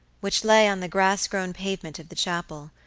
which lay on the grass-grown pavement of the chapel,